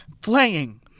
playing